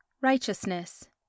Righteousness